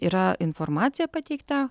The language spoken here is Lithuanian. yra informacija pateikta